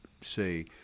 say